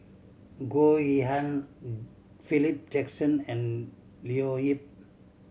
Goh Yihan Philip Jackson and Leo Yip